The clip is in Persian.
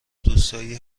دوستایی